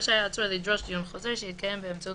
רשאי העצור לדרוש דיון חוזר שיתקיים באמצעות